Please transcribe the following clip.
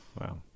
Wow